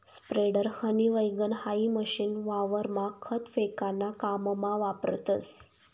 spreader, हनी वैगण हाई मशीन वावरमा खत फेकाना काममा वापरतस